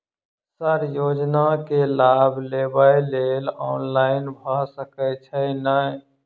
Sir योजना केँ लाभ लेबऽ लेल ऑनलाइन भऽ सकै छै नै?